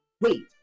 Wait